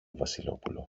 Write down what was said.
βασιλόπουλο